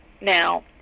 Now